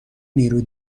نیروی